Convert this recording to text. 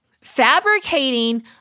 fabricating